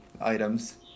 items